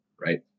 right